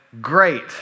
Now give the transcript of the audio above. great